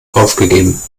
aufgegeben